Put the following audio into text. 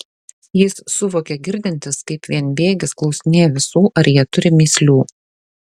jis suvokė girdintis kaip vienbėgis klausinėja visų ar jie turi mįslių